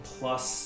plus